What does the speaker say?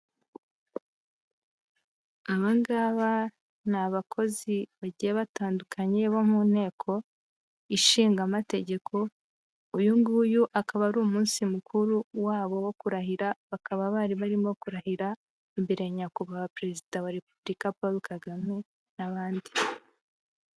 Aba ngaba ni abakozi bagiye batandukanye bo mu nteko inshingamategeko, uyu nguyu akaba ari umunsi mukuru wabo wo kurahira, bakaba bari barimo kurahira imbere nyakubahwa Perezida wa Repubulika Paul Kagame n'abandi.